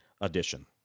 edition